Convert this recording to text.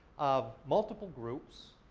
of multiple groups,